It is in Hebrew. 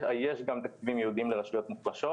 יש גם תקציבים ייעודיים לרשויות מוחלשות